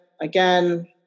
Again